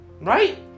Right